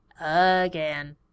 again